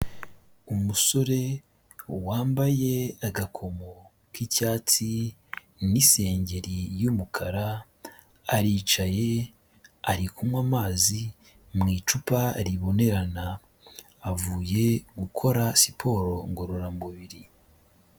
Umusore wambaye agakomo k'icyatsi n'isengeri y'umukara, aricaye ari kunywa amazi mu icupa ribonerana avuye gukora siporo ngororamubiri.